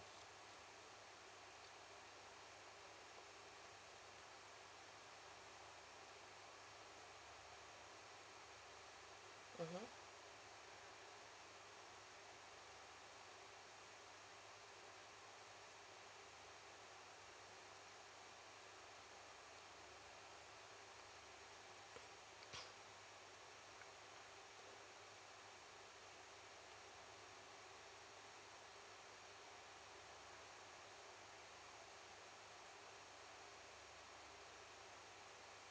mmhmm